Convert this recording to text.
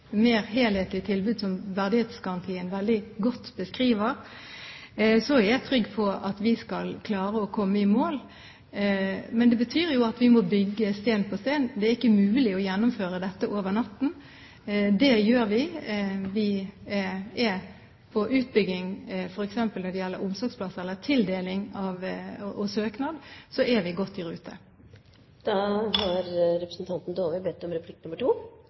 mer helhetlig tilbud, som verdighetsgarantien veldig godt beskriver – er jeg trygg på at vi skal klare å komme i mål. Men det betyr jo at vi må bygge stein på stein – det er ikke mulig å gjennomføre dette over natten. Det gjør vi. Når det gjelder utbygging, f.eks. tildeling av omsorgsplasser i forhold til søknad, er vi godt i